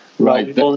Right